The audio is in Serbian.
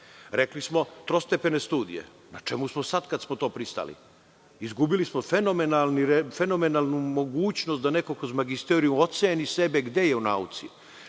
valja. Rekli smo – trostepene studije. Na čemu smo sada kada smo na to pristali? Izgubili smo fenomenalnu mogućnost da neko kroz magisterijum oceni sebe gde je u nauci,